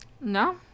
no